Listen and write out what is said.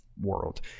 world